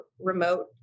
remote